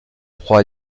proie